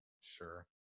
sure